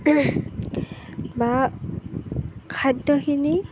বা খাদ্যখিনি